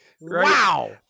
wow